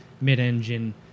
mid-engine